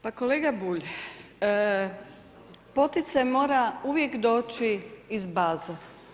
Pa kolega Bulj, poticaj mora uvijek doći iz baza.